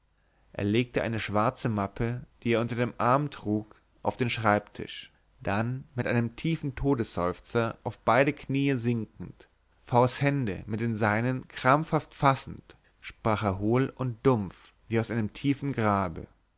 er legte eine schwarze mappe die er unter dem arm trug auf den schreibtisch dann mit einem tiefen todesseufzer auf beide knie sinkend v s hände mit den seinen krampfhaft fassend sprach er hohl und dumpf wie aus tiefem grabe